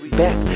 back